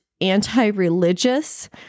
anti-religious